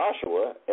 Joshua